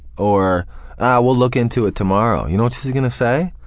or we'll look into it tomorrow. you know what she's gonna say?